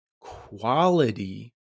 quality